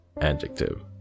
adjective